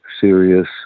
serious